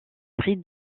prix